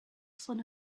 sun